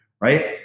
right